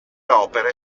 opere